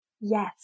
Yes